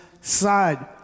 side